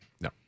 No